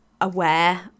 aware